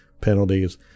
penalties